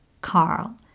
Carl